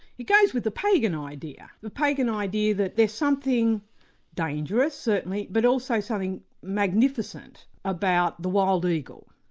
it goes with the pagan idea, the pagan idea that there's something dangerous certainly, but also something magnificent about the wild eagle,